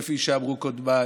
כפי שאמרו קודמיי,